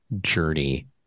journey